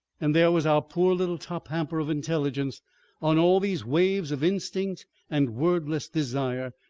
and there was our poor little top-hamper of intelligence on all these waves of instinct and wordless desire,